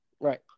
Right